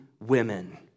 women